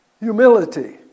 humility